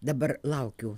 dabar laukiu